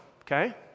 okay